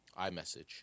iMessage